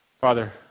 Father